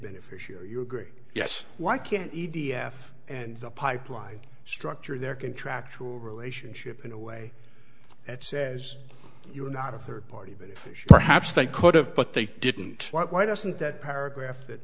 beneficiary you agree yes why can't e t f and the pipeline structure their contractual relationship in a way that says you're not a third party bid perhaps they could have but they didn't why doesn't that paragraph that